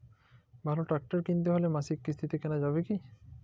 ভালো ট্রাক্টর কিনতে হলে মাসিক কিস্তিতে কেনা যাবে কি?